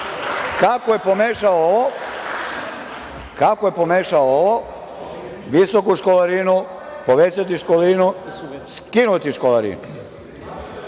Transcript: kako je pomešao ovo, visoku školarinu, povećati školarinu, skinuti školarinu.